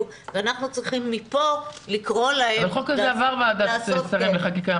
ואנחנו צריכים מפה לקרוא להם --- אבל החוק הזה עבר ועדת שרים לחקיקה.